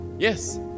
Yes